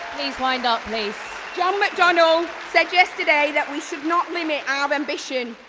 kind of i mean john mcdonnell said yesterday that we should not limit our ambition,